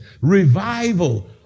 revival